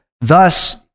thus